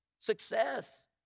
Success